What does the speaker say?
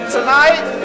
Tonight